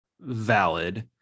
valid